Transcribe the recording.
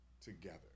together